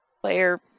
player